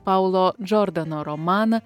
paulo džordano romaną